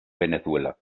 venezuela